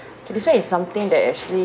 okay this [one] is something that actually